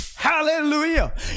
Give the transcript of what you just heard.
hallelujah